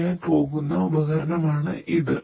ചെയ്യാൻ പോകുന്ന ഉപകരണമാണ് ഇത്